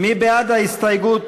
מי בעד ההסתייגות?